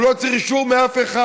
הוא לא צריך אישור מאף אחד,